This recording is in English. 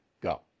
Go